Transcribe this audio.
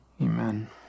Amen